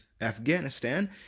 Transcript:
Afghanistan